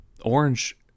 orange